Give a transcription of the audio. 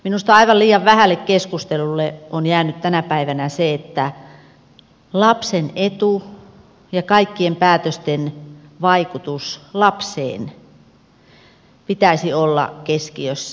minusta aivan liian vähälle keskustelulle on jäänyt tänä päivänä se että lapsen edun ja kaikkien päätösten vaikutuksen lapseen pitäisi olla keskiössä